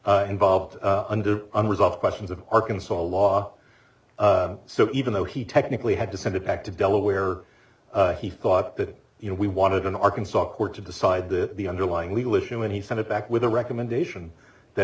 thought involved under unresolved questions of arkansas law so even though he technically had to send it back to delaware he thought that you know we wanted an arkansas court to decide that the underlying legal issue and he sent it back with a recommendation that